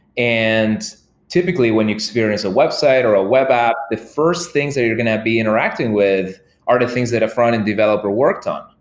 and typically when you experience a website or a web app, the first things that you're going to be interacting with are the things that a frontend developer worked on.